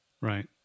right